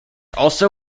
also